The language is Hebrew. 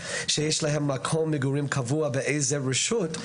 שיש להם מקום מגורים קבוע ברשות כלשהי,